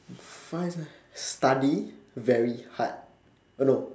five ah study very hard oh no